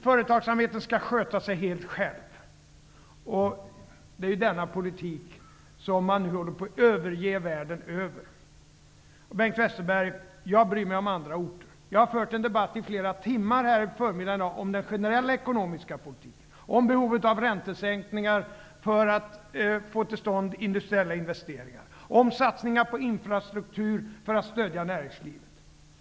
Företagsamheten skall sköta sig helt själv. I världen i övrigt håller man nu på att överge denna politik. Bengt Westerberg, jag bryr mig om andra orter. Jag har debatterat i flera timmar här i dag på förmiddagen om den generella ekonomiska politiken, om behovet av räntesänkningar för att få till stånd industriella investeringar och om satsningar på infrastruktur för att stödja näringslivet.